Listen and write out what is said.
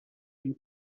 you